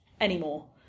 anymore